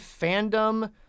fandom